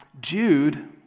Jude